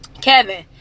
Kevin